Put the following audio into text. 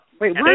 Wait